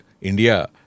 India